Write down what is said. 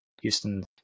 Houston